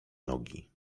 nogi